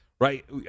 right